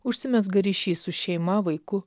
užsimezga ryšys su šeima vaiku